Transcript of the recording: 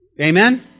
Amen